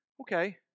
Okay